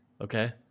Okay